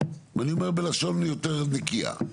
אני אומר בלשון יותר נקייה.